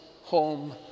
home